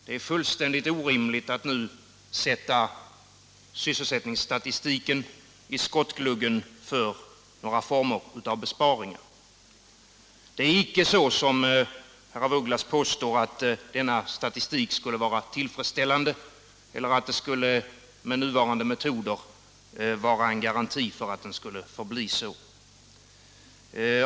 Det är fullständigt orimligt att sätta sysselsättningsstatistiken i skottgluggen för några former av besparingar. Det är icke så, som herr af Ugglas påstår, att denna statistik skulle vara tillfredsställande eller att det med nuvarande metoder skulle finnas en garanti för att den förblir så.